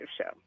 show